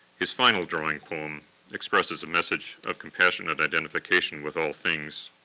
his final drawing poem expresses a message of compassionate identification with all things.